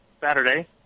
Saturday